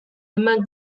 eman